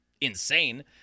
insane